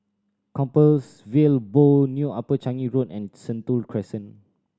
Compassvale Bow New Upper Changi Road and Sentul Crescent